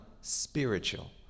spiritual